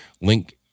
Link